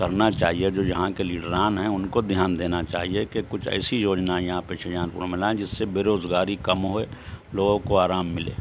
کرنا چاہیے جو یہاں کے لیڈران ہیں ان کو دھیان دینا چاہیے کہ کچھ ایسی یوجنائیں یہاں پہ شاہجہانپور میں لائیں جس سے بےروزگاری کم ہوئے لوگوں کو آرام ملے